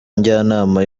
njyanama